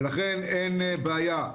ולכן אין בעיה.